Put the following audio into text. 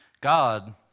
God